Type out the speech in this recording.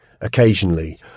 occasionally